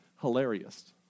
hilarious